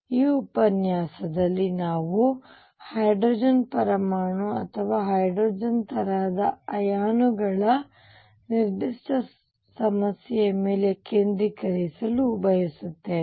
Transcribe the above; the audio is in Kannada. ಈ ಉಪನ್ಯಾಸದಲ್ಲಿ ನಾವು ಹೈಡ್ರೋಜನ್ ಪರಮಾಣು ಅಥವಾ ಹೈಡ್ರೋಜನ್ ತರಹದ ಅಯಾನುಗಳ ನಿರ್ದಿಷ್ಟ ಸಮಸ್ಯೆಯ ಮೇಲೆ ಕೇಂದ್ರೀಕರಿಸಲು ಬಯಸುತ್ತೇವೆ